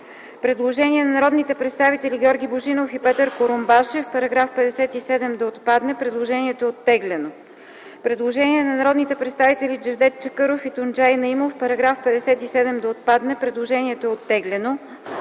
Предложение от народните представители Георги Божинов и Петър Курумбашев -§ 57 да отпадне. Предложението е оттеглено. Предложение от народните представители Джевдет Чакъров и Тунджай Наимов -§ 57 да отпадне. Предложението е оттеглено.